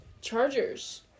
Chargers